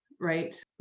right